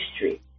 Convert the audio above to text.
history